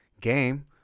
game